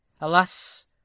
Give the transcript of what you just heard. Alas